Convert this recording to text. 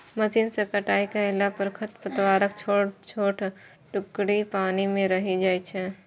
machine सं कटाइ कयला पर खरपतवारक छोट छोट टुकड़ी पानिये मे रहि जाइ छै